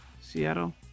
Seattle